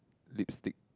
lipstick